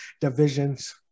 divisions